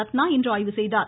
ரத்னா இன்று ஆய்வு செய்தார்